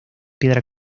piedra